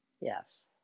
Yes